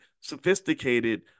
sophisticated